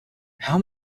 how